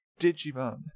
Digimon